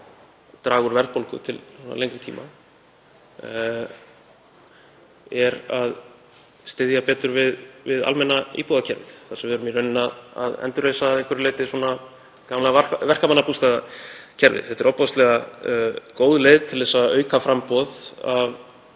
draga úr verðbólgu til lengri tíma, sé að styðja betur við almenna íbúðakerfið þar sem við erum í rauninni að endurreisa að einhverju leyti gamla verkamannabústaðakerfið. Það er ofboðslega góð leið til að auka framboð af